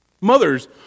Mothers